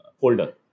folder